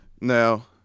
Now